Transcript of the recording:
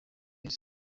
yezu